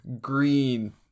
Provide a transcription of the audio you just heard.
green